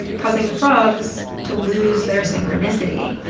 causing the frogs to lose their synchronicity